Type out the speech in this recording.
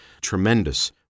tremendous